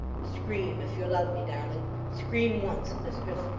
scream, if you love me, darling. scream once, mistress.